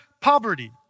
poverty